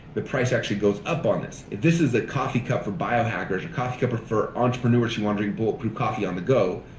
the price actually goes up on this. if this is the coffee cup for biohackers, coffee cup for entrepreneurs who want to drink bulletproof coffee on the go,